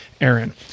Aaron